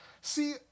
See